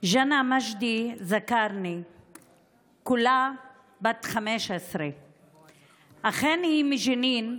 ג'אנה מג'די זכארנה כולה בת 15. אכן, היא מג'נין,